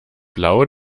blau